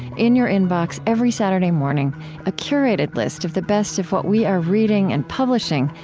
in your inbox every saturday morning a curated list of the best of what we are reading and publishing,